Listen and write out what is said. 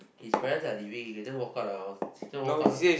his parents are leaving you can just walk out the house sister walk out